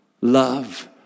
love